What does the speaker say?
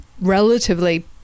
relatively